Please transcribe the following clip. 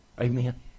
Amen